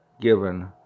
given